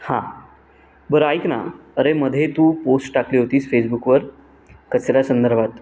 हां बरं ऐक ना अरे मध्ये तू पोस्ट टाकली होतीस फेसबुकवर कचऱ्या संदर्भात